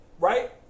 right